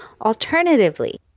Alternatively